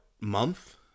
month